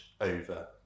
over